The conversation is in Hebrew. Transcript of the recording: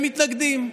הם מתנגדים,